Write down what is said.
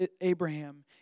Abraham